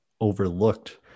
overlooked